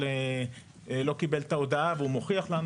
אם אדם לא קיבל את ההודעה והוא מוכיח לנו,